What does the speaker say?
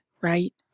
right